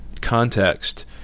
context